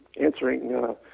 answering